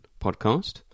podcast